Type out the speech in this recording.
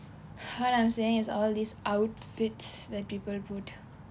what I'm saying is all these outfits that people put